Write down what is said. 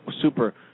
super